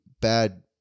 bad